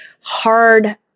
hard